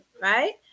Right